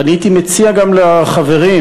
והייתי מציע גם לחברים,